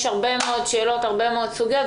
יש הרבה מאוד שאלות והרבה מאוד סוגיות.